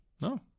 no